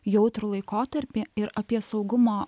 jautrų laikotarpį ir apie saugumo